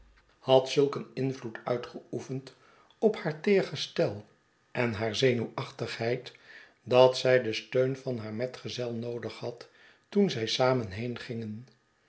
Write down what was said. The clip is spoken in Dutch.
had zulk een invloed uitgeoefend op haar teer gestel en haar zenuwachtigheid dat zij den steun van haar metgezel noodig had toen zij samen heen gingen